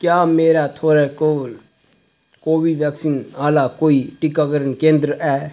क्या मेरा थुआढ़े कोल कोवी वैक्सीन आह्ला कोई टीकाकरण केंदर ऐ